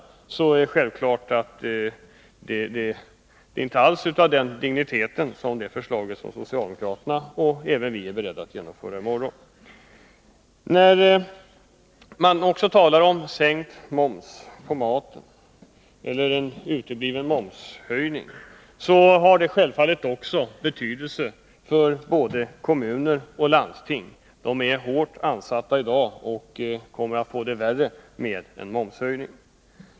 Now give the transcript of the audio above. Det är självklart att detta inte alls är i samma storlek som det socialdemokraterna och vi är beredda att genomföra i morgon. När man talar om en sänkning av momsen på maten, eller uteblivandet av en momshöjning, har detta självfallet också betydelse för både kommuner och landsting. De är hårt utsatta i dag, och det skulle bli värre om det blev en momshöjning.